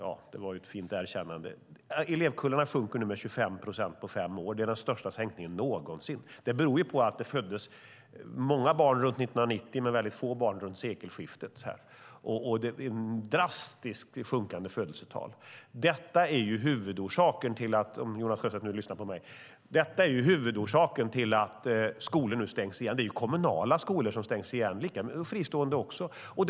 Ja, det var ju ett fint erkännande. Elevkullarna har minskat med 25 procent på fem år. Det är den största minskningen någonsin. Det beror på att det föddes många barn runt 1990 men väldigt få barn runt sekelskiftet. Det är drastiskt sjunkande födelsetal. Detta är huvudorsaken till att skolor nu stängs. Det är kommunala skolor som stängs och fristående skolor.